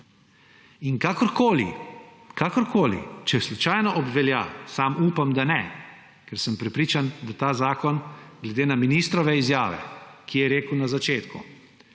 In kakorkoli, če slučajno obvelja; sam upam, da ne, ker sem prepričan, da ta zakon, glede na ministrove izjave, ki je rekel na začetku